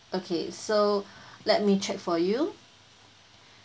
okay so let me check for you